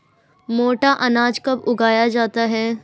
मोटा अनाज कब उगाया जाता है?